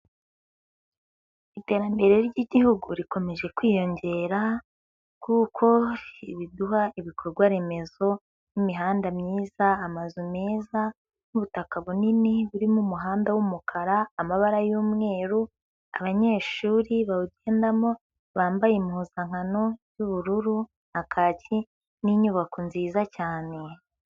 Iterambere ry'igihugu rikomeje kwiyongera, kuko biduha ibikorwa remezo nk'imihanda myiza, amazu meza n'butaka bunini burimo umuhanda wumukara, amabara y'umweru, abanyeshuri bawugendamo bambaye impuzankano y'ubururu na kaki n'inyubako nziza cyane.